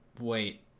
Wait